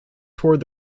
toward